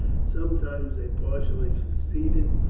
sometimes they partially succeeded,